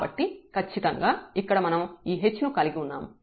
కాబట్టి ఖచ్చితంగా ఇక్కడ మనం ఈ h ను కలిగి ఉన్నాము